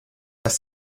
das